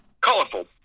Colorful